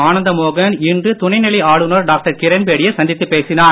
ஆனந்த மோகன் இன்று துணைநிலை ஆளுநர் டாக்டர் கிரண் பேடியை சந்தித்து பேசினார்